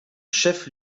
chef